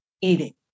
eating